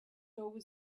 always